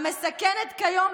המסכנת כיום,